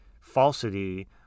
falsity